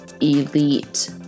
elite